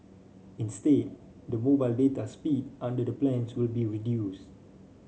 instead the mobile data speed under the plans will be reduced